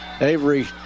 Avery